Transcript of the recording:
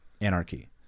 anarchy